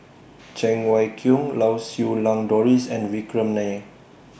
Cheng Wai Keung Lau Siew Lang Doris and Vikram Nair